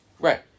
Right